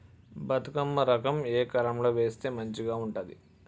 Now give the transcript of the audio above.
బతుకమ్మ రకం ఏ కాలం లో వేస్తే మంచిగా ఉంటది?